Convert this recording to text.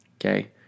Okay